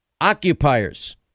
occupiers